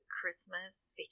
Christmas